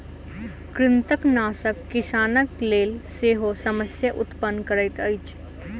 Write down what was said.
कृंतकनाशक किसानक लेल सेहो समस्या उत्पन्न करैत अछि